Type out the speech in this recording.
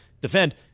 defend